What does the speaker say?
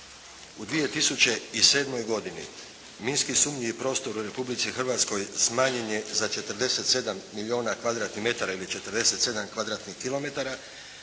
U 2007. godini minski sumnjivi prostor u Republici Hrvatskoj smanjen je za 47 milijuna kvadratnih metara ili 47 kvadratnih kilometara,